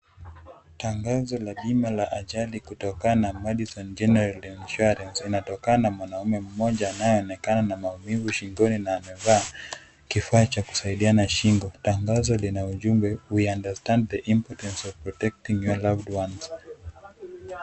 Tangazo la bima la ajali kutokana na madison general insuarence inatokana na mwanamume mmoja anayeonekana na maumivu shingoni na amevaa kifaa cha kusaidiana na shingo. Tangazo lina ujumbe We understand the importance of protecting your loved ones .